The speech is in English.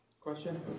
Question